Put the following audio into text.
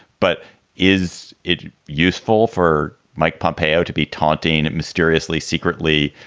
but is it useful for mike pompeo to be taunting, mysteriously, secretly,